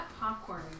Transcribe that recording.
popcorn